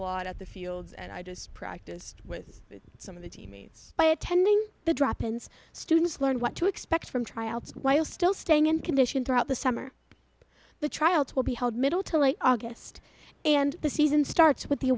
lot at the fields and i just practiced with some of the team mates by attending the drop ins students learn what to expect from tryouts while still staying in condition throughout the summer the trials will be held middle to late august and the season starts with the